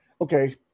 Okay